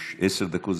יש עשר דקות,